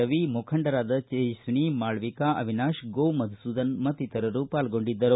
ರವಿ ಮುಖಂಡರಾದ ತೇಜಶ್ವಿನಿ ಮಾಳವಿಕಾ ಅವಿನಾಶ್ ಗೋ ಮಧುಸೂಧನ್ ಮತ್ತಿತರರು ಪಾಲ್ಗೊಂಡಿದ್ದರು